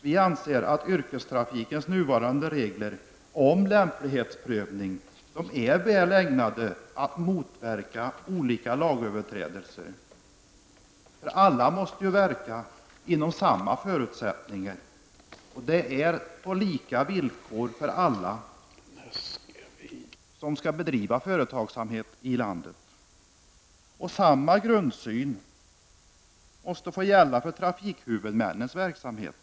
Vi anser att yrkestrafikens nuvarande regler om lämplighetsprövning är väl ägnade att motverka olika lagöverträdelser. Alla måste ju verka under samma förutsättningar. Och lika villkor skall gälla för alla som skall bedriva företagsamhet i landet. Samma grundsyn måste få gälla trafikhuvudmännens verksamhet.